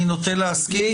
אני נוטה להסכים.